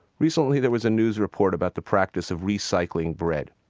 recently, there was a news report about the practice of recycling bread.